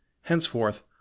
henceforth